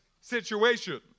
situation